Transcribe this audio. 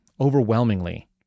overwhelmingly